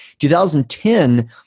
2010